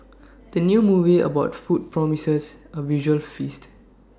the new movie about food promises A visual feast